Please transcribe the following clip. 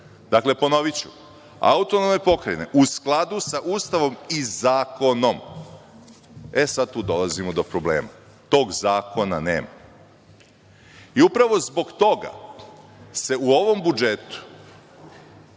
Dakle, ponoviću, autonomne pokrajine u skladu sa Ustavom i zakonom. Sada tu dolazimo do problema. Tog zakona nema. Upravo zbog toga se u ovom budžetu